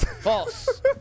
False